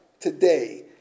today